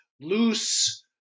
loose